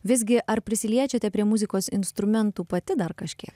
visgi ar prisiliečiate prie muzikos instrumentų pati dar kažkiek